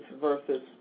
versus